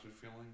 feeling